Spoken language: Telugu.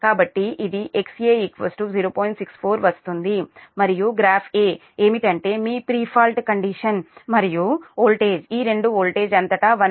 64 వస్తుంది మరియు గ్రాఫ్ A ఏమిటంటే మీ ప్రీ ఫాల్ట్ కండిషన్ మరియు వోల్టేజ్ ఈ రెండు వోల్టేజ్ అంతటా 1